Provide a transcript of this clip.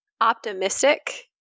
optimistic